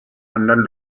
anderen